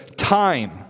Time